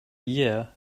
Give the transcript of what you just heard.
year